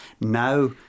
now